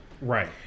Right